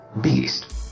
BEAST